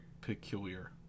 peculiar